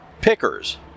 pickers